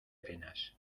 penas